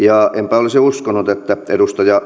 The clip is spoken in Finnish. olisi uskonut että edustaja